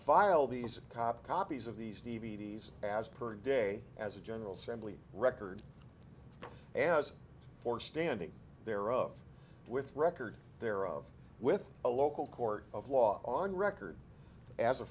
file these cop copies of these d v d s as per day as a general simply record and as for standing there of with record there of with a local court of law on record as a